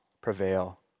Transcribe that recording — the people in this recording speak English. prevail